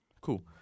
cool